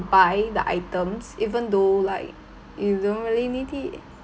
buy the items even though like you don't really need it